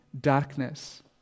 darkness